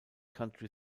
country